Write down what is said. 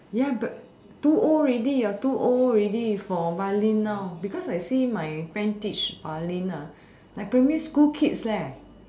ya but too old already you are too old already for violin now because I see my friend teach violin ah like primary school kids leh